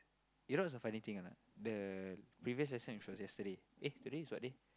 you know what's a funny thing or not the previous lesson which was yesterday eh today is what day